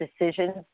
decisions